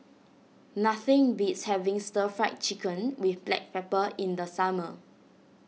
nothing beats having Stir Fry Chicken with Black Pepper in the summer